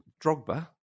Drogba